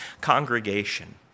congregation